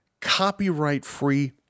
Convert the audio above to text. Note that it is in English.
copyright-free